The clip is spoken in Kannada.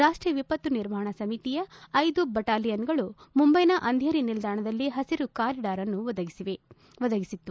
ರಾಷ್ಟೀಯ ವಿವತ್ತು ನಿರ್ವಹಣಾ ಸಮಿತಿಯ ಬಟಾಲಿಲಾನ್ಗಳು ಮುಂಬೈನ ಅಂದೇರಿ ನಿಲ್ದಾಣದಲ್ಲಿ ಪಸಿರು ಕಾರಿಡಾರ್ನ್ನು ಒದಗಿಸಿತ್ತು